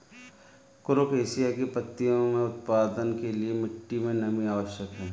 कुरुख एशिया की पत्तियों के उत्पादन के लिए मिट्टी मे नमी आवश्यक है